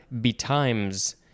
betimes